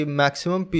maximum